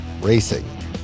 racing